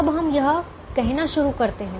अब हम यह करना शुरू करते हैं